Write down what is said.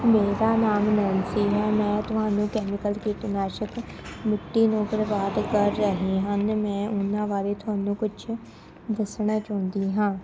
ਮੇਰਾ ਨਾਮ ਨੈਨਸੀ ਹੈ ਮੈਂ ਤੁਹਾਨੂੰ ਕੈਮੀਕਲ ਕੀਟਨਾਸ਼ਕ ਮਿੱਟੀ ਨੂੰ ਪ੍ਰਭਾਵਿਤ ਕਰ ਰਹੇ ਹਨ ਮੈਂ ਉਹਨਾਂ ਬਾਰੇ ਤੁਹਾਨੂੰ ਕੁਛ ਦੱਸਣਾ ਚਾਹੁੰਦੀ ਹਾਂ